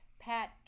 Pat